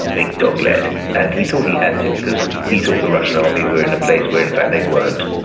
big dog leg. and he thought he had to, because he thought the russian army were in a place where in fact they weren't,